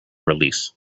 release